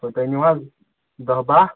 تہٕ تُہۍ أنِو حظ دَہ بَہہ